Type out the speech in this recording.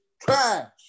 trash